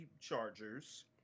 Chargers